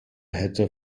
hätte